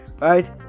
right